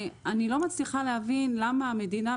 אני לא מצליחה להבין למה המדינה,